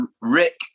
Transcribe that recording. Rick